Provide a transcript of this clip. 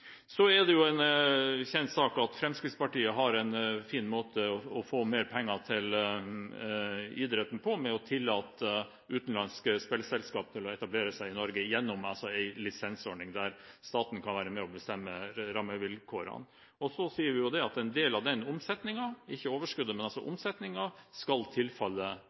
en kjent sak at Fremskrittspartiet har en fin måte å få mer penger til idretten på ved å tillate utenlandske spillselskaper å etablere seg i Norge gjennom en lisensordning der staten kan være med og bestemme rammevilkårene. Vi sier at en del av den omsetningen – ikke overskuddet, men altså omsetningen – skal tilfalle